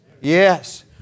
Yes